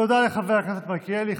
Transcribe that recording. תודה לחבר הכנסת מלכיאלי.